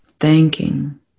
Thanking